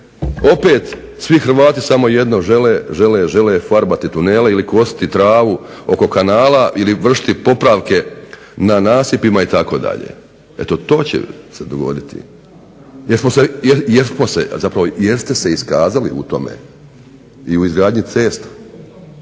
opet svi Hrvati samo jedno žele, žele farbati tunele ili kositi travu oko kanala ili vršiti popravke na nasipima itd. To će se dogoditi, jeste se iskazali u tome i u izgradnji cesta,